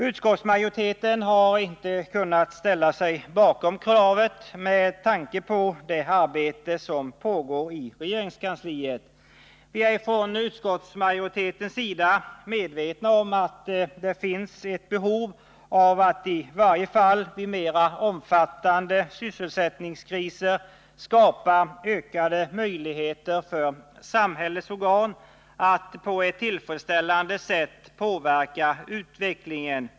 Utskottsmajoriteten har inte kunnat ställa sig bakom det kravet med tanke på det arbete som pågår i regeringskansliet. Vi är från utskottsmajoritetens sida medvetna om att det finns ett behov av att i varje fall vid mera omfattande sysselsättningskriser skapa ökade möjligheter för samhällets organ att på ett tillfredsställande sätt påverka utvecklingen.